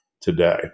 today